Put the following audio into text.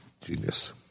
Genius